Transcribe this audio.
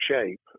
shape